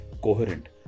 coherent